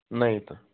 नहीं तो